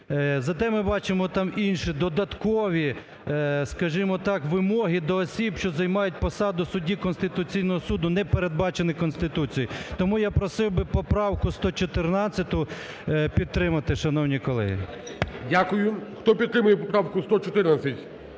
зате ми бачимо там інші додаткові, скажімо так, вимоги до осіб, щодо займають посаду судді Конституційного Суду, не передбачені Конституцією. Тому я просив би поправку 114 підтримати, шановні колеги. ГОЛОВУЮЧИЙ. Дякую. Хто підтримує поправку 114